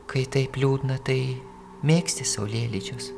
kai taip liūdna tai mėgsti saulėlydžius